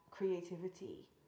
creativity